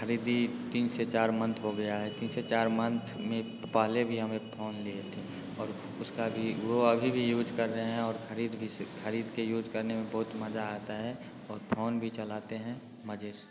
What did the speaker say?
ख़रीदी तीन से चार मंथ हो गया है तीन से चार मंथ में पहले भी हम एक फोन लिए थे और उसका भी वो अभी भी यूज कर रहे हैं और ख़रीद के यूज करने में बहुत मज़ा आता हैं और फोन भी चलाते हैं मज़े से